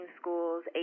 schools